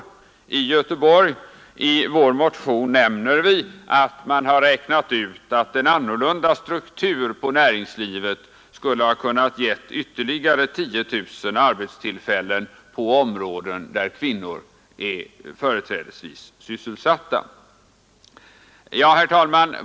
I vår motion nämner vi att en annorlunda struktur på näringslivet skulle ha kunnat ge ytterligare 10 000 arbetstillfällen på områden där kvinnor företrädesvis är sysselsatta. Herr talman!